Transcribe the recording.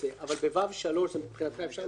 אבל ב-ו3 אפשר להוריד את זה?